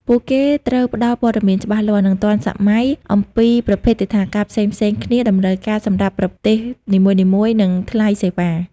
ពួកគេត្រូវផ្តល់ព័ត៌មានច្បាស់លាស់ និងទាន់សម័យអំពីប្រភេទទិដ្ឋាការផ្សេងៗគ្នា តម្រូវការសម្រាប់ប្រទេសនីមួយៗ និងថ្លៃសេវា។